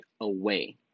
away